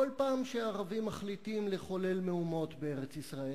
בכל פעם שהערבים מחליטים לחולל מהומות בארץ-ישראל,